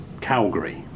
Calgary